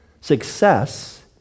success